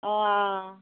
অঁ